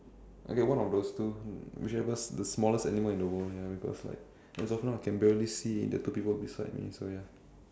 okay one of those two whichever the smallest animal in the world ya because like as of now I can barely see the two people beside me so ya